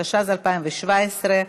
התשע"ז 2017,